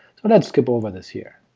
so let's skip over this here.